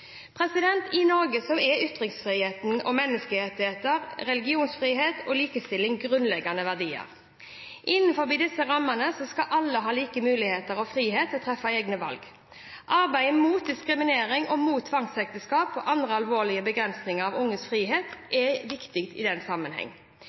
I Norge er menneskerettigheter, ytringsfrihet, religionsfrihet og likestilling grunnleggende verdier. Innenfor disse rammene skal alle ha like muligheter og frihet til å treffe egne valg. Arbeidet mot diskriminering og mot tvangsekteskap og andre alvorlige begrensninger av unges frihet er viktig i